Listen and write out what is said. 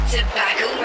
Tobacco